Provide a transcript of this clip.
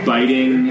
Biting